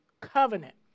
covenant